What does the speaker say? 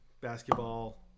basketball